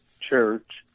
church